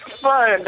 fun